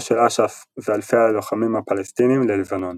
של אש"ף ואלפי הלוחמים הפלסטינים ללבנון.